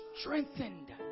strengthened